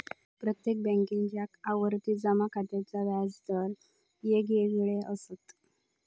प्रत्येक बॅन्केच्या आवर्ती जमा खात्याचे व्याज दर येगयेगळे असत